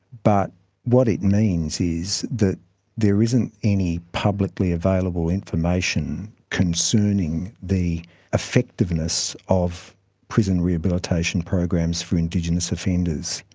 but what it means is that there isn't any publicly available information concerning the effectiveness of prison rehabilitation programs for indigenous offenders.